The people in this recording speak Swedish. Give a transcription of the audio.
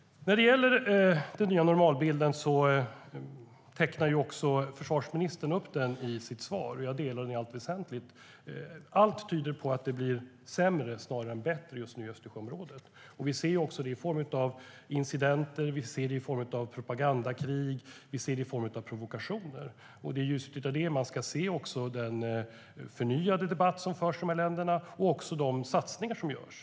Den nya normalbilden tecknar försvarsministern i sitt svar. Jag delar den i allt väsentligt. Allt tyder på att det blir sämre snarare än bättre i Östersjöområdet. Vi ser det i form av incidenter, propagandakrig och provokationer. Det är i ljuset av det man ska se den förnyade debatt som förs i de här länderna och de satsningar som görs.